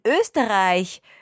Österreich